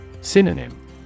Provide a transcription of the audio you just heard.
Synonym